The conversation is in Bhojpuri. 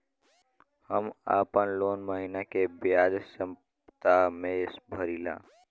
हम आपन लोन महिना के बजाय सप्ताह में भरीला